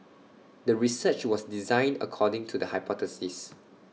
the research was designed according to the hypothesis